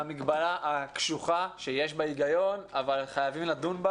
המגבלה הקשוחה שיש בה היגיון אבל חייבים לדון בה